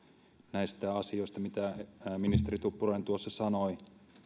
näistä asioista mitä ministeri tuppurainen tuossa sanoi